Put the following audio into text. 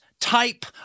type